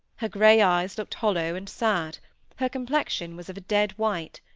her grey eyes looked hollow and sad her complexion was of a dead white.